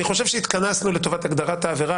אני חושב שהתכנסנו לטובת הגדרת העבירה.